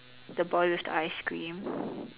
the boy with the ice cream